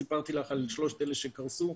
סיפרתי לך על שלושת אלה שקרסו.